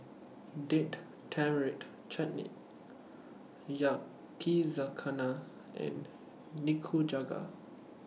Date Tamarind Chutney Yakizakana and Nikujaga